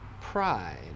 pride